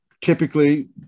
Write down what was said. typically